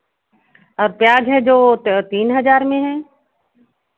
और प्याज है जो तीन हज़ार में है